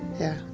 yeah.